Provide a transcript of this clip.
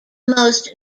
most